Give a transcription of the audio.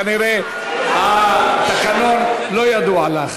כנראה התקנון לא ידוע לך.